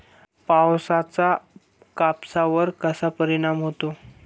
पावसाचा कापसावर कसा परिणाम होतो?